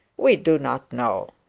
we do not know.